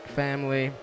family